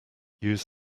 use